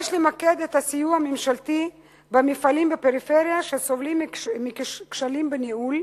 יש למקד את הסיוע הממשלתי במפעלים בפריפריה שסובלים מכשלים בניהול,